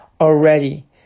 already